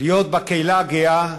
להיות בקהילה הגאה,